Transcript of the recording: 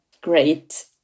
great